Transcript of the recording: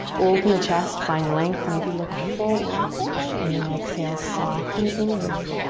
open the chest, find length, maybe look forward and then exhale soften inward.